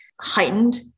heightened